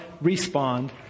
respond